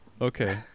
okay